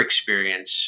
experience